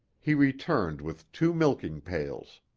he returned with two milking pails.